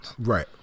Right